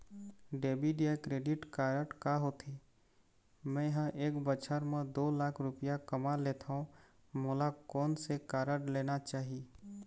Debit या credit card का होथे, मे ह एक बछर म दो लाख रुपया कमा लेथव मोला कोन से कारड लेना चाही?